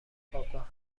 خوابگاه